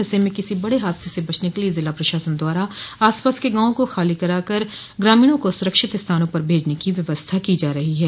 ऐसे में किसी बड़े हादसे से बचने के लिए जिला प्रशासन द्वारा आसपास के गांवों को खाली कराकर ग्रामीणों को सुरक्षित स्थानों पर भेजने की व्यवस्था की जा रही है